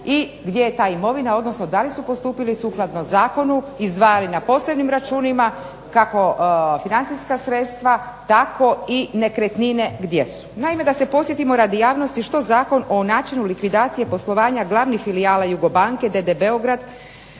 i gdje je ta imovina, odnosno da li su postupili sukladno zakonu izdvajali na posebnim računima kako financijska sredstva tako i nekretnine, gdje su? Naime da se podsjetimo radi javnosti što Zakon o načinu likvidacije poslovanja glavnih filijala JUGOBANKE d.d. Beograd